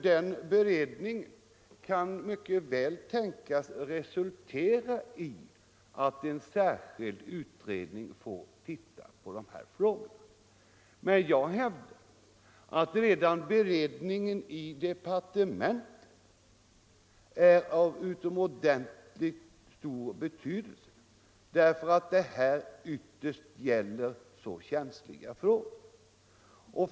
Den beredningen kan mycket väl tänkas resultera i att en särskild utredning får ta ställning till de här frågorna, men jag hävdar att redan beredningen i departementet är av utomordentligt stor betydelse, eftersom det ytterst gäller så känsliga frågor.